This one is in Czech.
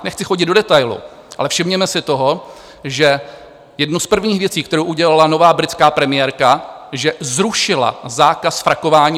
Nechci chodit do detailů, ale všimněme si toho, že jednu z prvních věcí, kterou udělala nová britská premiérka, že zrušila zákaz frakování.